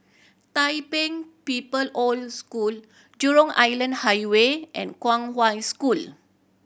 Tai Pei People Old School Jurong Island Highway and Kong Hwa School